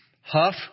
huff